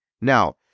now